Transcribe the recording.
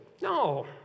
No